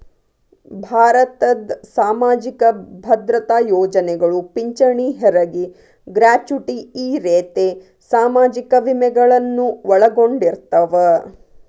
ಭಾರತದ್ ಸಾಮಾಜಿಕ ಭದ್ರತಾ ಯೋಜನೆಗಳು ಪಿಂಚಣಿ ಹೆರಗಿ ಗ್ರಾಚುಟಿ ಈ ರೇತಿ ಸಾಮಾಜಿಕ ವಿಮೆಗಳನ್ನು ಒಳಗೊಂಡಿರ್ತವ